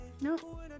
no